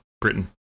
Britain